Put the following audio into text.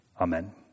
Amen